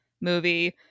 movie